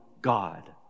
God